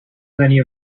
plenty